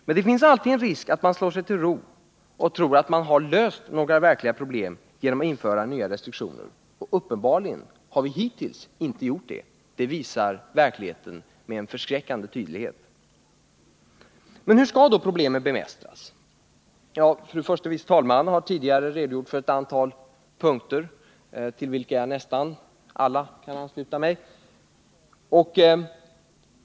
Men det finns alltid en risk att man slår sig till ro och tror att man har löst några verkliga problem genom att införa nya restriktioner, och uppenbarligen har vi hittills inte gjort det — det visar verkligheten med en förskräckande tydlighet. Men hur skall då problemen bemästras? Fru förste vice talmannen har tidigare redogjort för ett antal punkter i ett åtgärdsprogram. Jag kan ansluta mig till nästan alla dessa punkter.